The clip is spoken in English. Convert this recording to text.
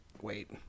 Wait